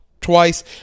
twice